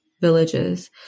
villages